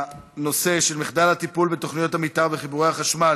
נושא מחדל הטיפול בתוכניות המתאר וחיבורי החשמל